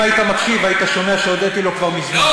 אם היית מקשיב, היית שומע שהודיתי לו כבר מזמן.